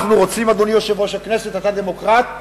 אנחנו רוצים, אדוני יושב-ראש הכנסת, אתה דמוקרט,